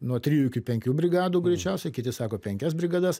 nuo trijų iki penkių brigadų greičiausiai kiti sako penkias brigadas